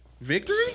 victory